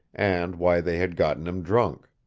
and why they had gotten him drunk.